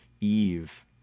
Eve